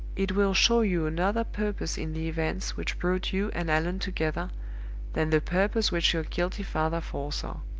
it will show you another purpose in the events which brought you and allan together than the purpose which your guilty father foresaw.